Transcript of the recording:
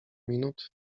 minut